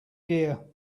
gear